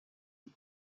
بود